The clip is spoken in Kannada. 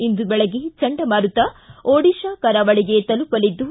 ಇಂದು ಬೆಳಗ್ಗೆ ಚಂಡಮಾರುತ ಒಡಿತಾ ಕರಾವಳಿಗೆ ತಲುಪಲಿದ್ದು